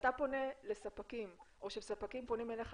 כשאתה פונה אל ספקים או כשהם פונים אליך